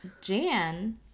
Jan